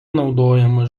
naudojama